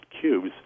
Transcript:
cubes